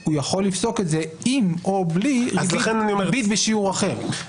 הוא יכול לפסוק את זה עם או בלי ריבית בשיעור אחר.